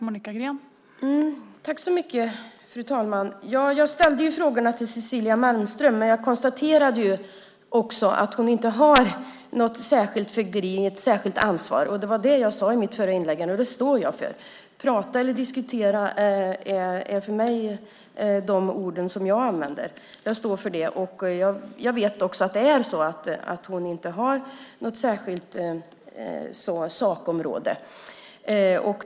Fru talman! Jag ställde frågorna till Cecilia Malmström, men jag konstaterade också att hon inte har något särskilt fögderi och inget särskilt ansvar. Det var det jag sade i mitt förra inlägg, och det står jag för. Prata eller diskutera är för mig de ord som jag använder. Jag står för det, och jag vet också att hon inte har något särskilt sakområde.